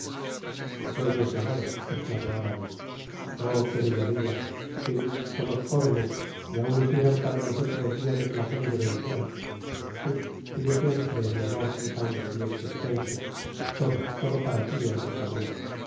sueños dorados esclamó aramis oh que bella vida si somos jóvenes y ann lucieran para nosotros dias de placer y de ventura si tuyo siempre mi amor mi sangre mi existencia todo todo para ti hermosa mia